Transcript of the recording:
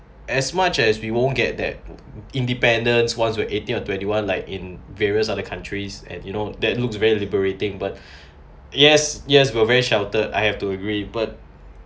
as much as we won't get that independence once we're eighteen or twenty one like in various other countries and you know that looks very liberating but yes yes we're very sheltered I have to agree but